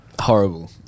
Horrible